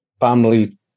family